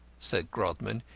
said grodman,